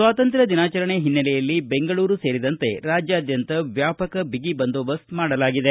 ಸ್ವಾತಂತ್ರ ್ಯ ದಿನಾಚರಣೆ ಹಿನ್ನೆಲೆಯಲ್ಲಿ ಬೆಂಗಳೂರು ಸೇರಿದಂತೆ ರಾಜ್ಯಾದ್ಯಂತ ವ್ಯಾಪಕ ಬಿಗಿ ಬಂದೋಬಸ್ತ್ ಮಾಡಲಾಗಿದೆ